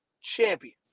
champion